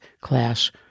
Class